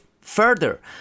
further